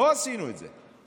לא עשינו את זה.